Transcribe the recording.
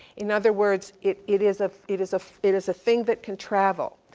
in other words it, it is a, it is a, it is a thing that can travel.